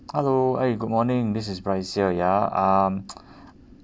hello eh good morning this is bryce here ya um